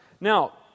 Now